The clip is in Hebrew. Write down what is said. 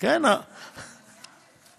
זו תוספת שלך.